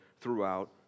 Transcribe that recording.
throughout